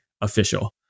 official